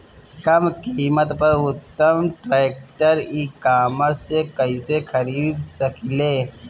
कम कीमत पर उत्तम ट्रैक्टर ई कॉमर्स से कइसे खरीद सकिले?